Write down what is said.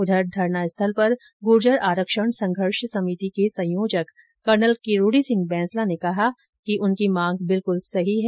उधर धरनास्थल पर गुर्जर आरक्षण संघर्ष समिति के संयोजक कर्नल किरोड़ी सिंह बैंसला ने कहा कि उनकी मांग बिलकूल सही है